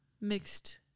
mixed